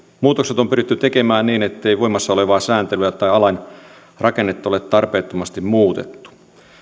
muutokset on pyritty tekemään niin ettei voimassa olevaa sääntelyä tai lain rakennetta ole tarpeettomasti muutettu